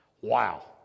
Wow